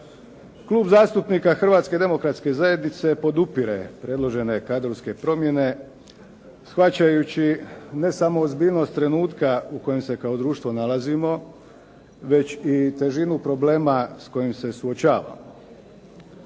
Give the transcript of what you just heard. Klub zastupnika Hrvatske demokratske zajednice podupire predložene kadrovske promjene, shvaćajući ne samo ozbiljnost trenutka u kojem se kao društvo nalazimo, već i težinu problema s kojim se suočavamo.